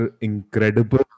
incredible